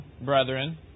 brethren